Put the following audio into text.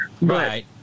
Right